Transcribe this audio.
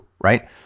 right